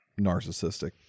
narcissistic